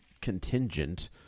contingent